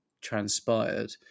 transpired